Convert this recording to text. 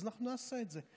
אז אנחנו נעשה את זה.